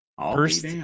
First